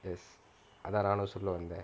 yes அதான் நானும் சொல்ல வரேன்:athan naanum solla varaen